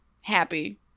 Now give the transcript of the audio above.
Happy